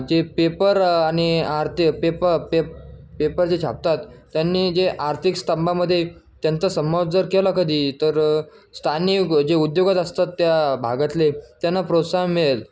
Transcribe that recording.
जे पेपर आणि आर्थ पेप पेप पेपर जे छापतात त्यांनी जे आर्थिक स्तंभामध्ये त्यांचा समावेश जर केला कधी तर स्थानिक जे उद्योगात असतात त्या भागातले त्यांना प्रोत्साहन मिळेल